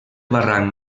barranc